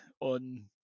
on